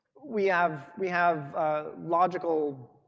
we have we have logical